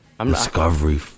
Discovery